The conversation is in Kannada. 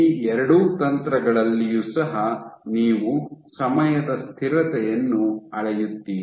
ಈ ಎರಡೂ ತಂತ್ರಗಳಲ್ಲಿಯೂ ಸಹ ನೀವು ಸಮಯದ ಸ್ಥಿರತೆಯನ್ನು ಅಳೆಯುತ್ತೀರಿ